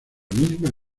misma